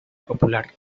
popular